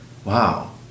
wow